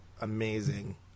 amazing